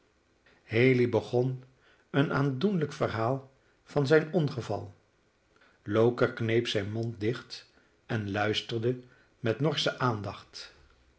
haley begon een aandoenlijk verhaal van zijn ongeval loker kneep zijn mond dicht en luisterde met norsche aandacht